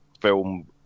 film